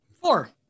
four